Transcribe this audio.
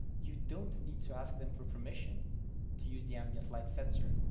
you don't need to ask them for permission to use the ambient light sensor.